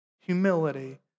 humility